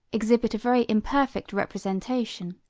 exhibit a very imperfect representation.